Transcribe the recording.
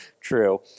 true